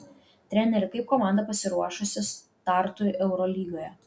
treneri kaip komanda pasiruošusi startui eurolygoje